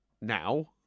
now